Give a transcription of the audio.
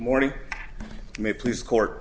morning may please court